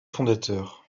fondateurs